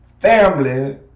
family